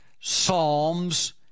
psalms